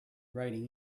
writing